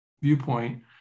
viewpoint